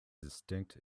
distinct